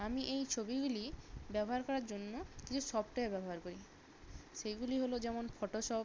আমি এই ছবিগুলি ব্যবহার করার জন্য কিছু সফটওয়্যার ব্যবহার করি সেগুলি হলো যেমন ফটোশপ